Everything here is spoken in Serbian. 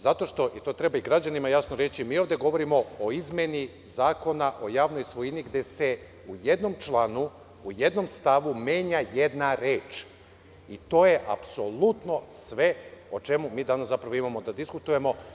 Zato što, i to i građanima treba jasno reći, mi ovde govorimo o izmeni Zakona o javnoj svojini, gde se u jednom članu, u jednom stavu menja jedna reč i to je apsolutno sve o čemu mi zapravo danas imamo da diskutujemo.